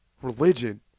Religion